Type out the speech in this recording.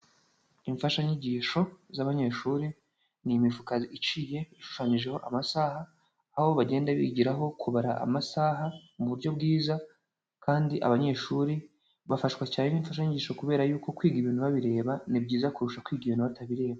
Imfashanyigisho z'abanyeshuri, ni imifuka iciye ishushanyijeho amasaha, aho bagenda bigiraho kubara amasaha mu buryo bwiza, kandi abanyeshuri bafashwa cyane n'imfashanyigisho kubera yuko kwiga ibintu babireba ni byiza kurusha kwigana ibintu batabireba.